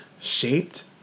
shaped